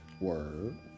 Word